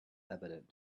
evident